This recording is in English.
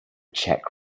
czech